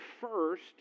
first